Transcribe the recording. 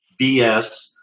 bs